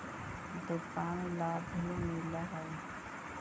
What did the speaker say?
दुकान ला भी मिलहै?